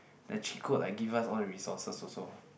the cheat code like give us all the resources also